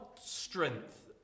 strength